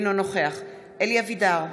אינו נוכח אלי אבידר,